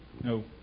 no